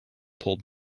pulled